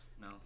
No